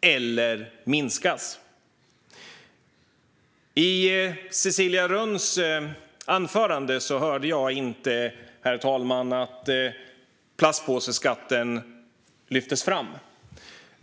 eller minskas. Herr talman! I Cecilia Rönns anförande hörde jag inte att plastpåseskatten lyftes fram.